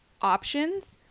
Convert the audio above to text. options